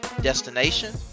destination